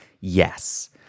yes